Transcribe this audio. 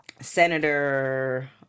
Senator